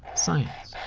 science.